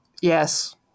Yes